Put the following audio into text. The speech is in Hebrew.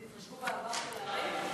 יתחשבו בעבר של הערים?